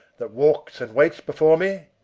that walks and waits before me?